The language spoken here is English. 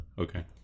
okay